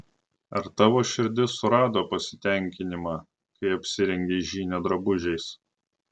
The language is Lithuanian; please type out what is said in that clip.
ar tavo širdis surado pasitenkinimą kai apsirengei žynio drabužiais